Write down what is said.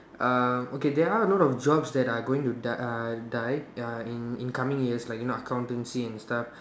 uh okay there are a lot of jobs that are going to die uh die uh in in coming years like you know accountancy and stuff